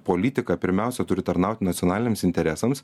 politika pirmiausia turi tarnauti nacionaliniams interesams